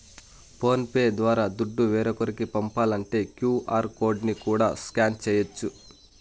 phone pay ద్వారా దుడ్డు వేరోకరికి పంపాలంటే క్యూ.ఆర్ కోడ్ ని కూడా స్కాన్ చేయచ్చు